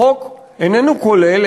החוק איננו כולל,